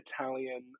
italian